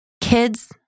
kids